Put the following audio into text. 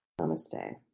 Namaste